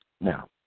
Now